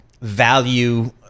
value